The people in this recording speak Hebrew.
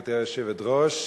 גברתי היושבת-ראש,